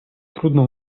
trudno